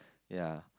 ya